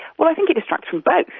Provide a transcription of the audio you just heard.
well i think it distracts from but